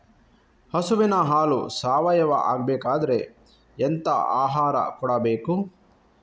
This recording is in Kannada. ಹಸುವಿನ ಹಾಲು ಸಾವಯಾವ ಆಗ್ಬೇಕಾದ್ರೆ ಎಂತ ಆಹಾರ ಕೊಡಬೇಕು?